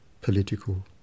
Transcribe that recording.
political